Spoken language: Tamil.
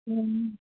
ம் ம்